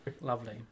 Lovely